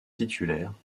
titulaire